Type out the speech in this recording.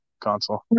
console